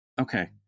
Okay